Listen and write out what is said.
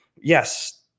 yes